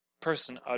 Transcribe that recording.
person